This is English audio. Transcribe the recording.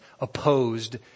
opposed